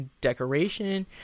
decoration